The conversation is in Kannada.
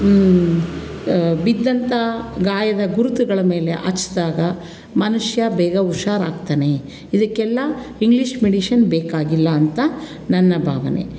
ಬಿದ್ದಂಥ ಗಾಯದ ಗುರುತುಗಳ ಮೇಲೆ ಹಚ್ದಾಗ ಮನುಷ್ಯ ಬೇಗ ಹುಷಾರಾಗ್ತಲೇ ಇದಕ್ಕೆಲ್ಲ ಇಂಗ್ಲೀಷ್ ಮೆಡಿಶಿನ್ ಬೇಕಾಗಿಲ್ಲ ಅಂತ ನನ್ನ ಭಾವನೆ